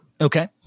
Okay